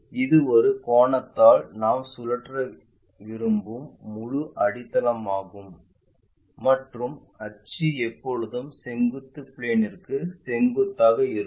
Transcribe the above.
இது ஒரு கோணத்தால் நாம் சுழற்ற விரும்பும் முழு அடித்தளமாகும் மற்றும் அச்சு எப்போதும் செங்குத்து பிளேன்ற்கு செங்குத்தாக இருக்கும்